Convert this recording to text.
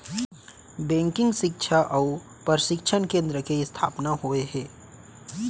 banking सिक्छा अउ परसिक्छन केन्द्र के इस्थापना होय हे